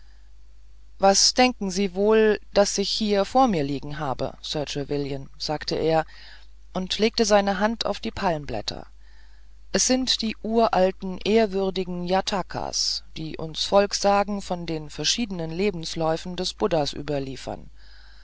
was denken sie wohl daß ich hier vor mir liegen habe sir trevelyan sagte er und legte seine hand auf die palmblätter es sind die uralten ehrwürdigen jatakas die uns volkssagen von den verschiedenen lebensläufen des buddha überliefern